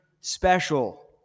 special